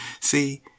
See